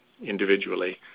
individually